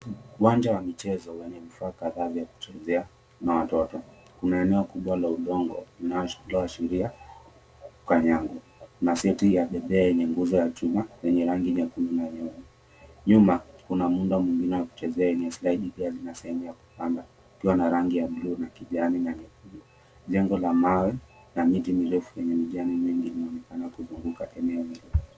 Uwanja wa michezo wenye vifaa kadhaa vya kuchezea na watoto. Kuna eneo kubwa la udongo linaloashiria kukanyagwa. Kuna seti ya bembea yenye ngozi ya chuma yenye rangi nyekundu na nyeupe. Nyuma kuna muundo mwingine wa kuchezea wenye slaidi pia zina sehemu ya kupanda ikiwa na rangi ya buluu na kijani na nyekundu. Jengo la mawe na miti mingi yenye majani mengi inaonekana kuzunguka eneo hilo.